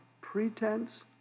pretense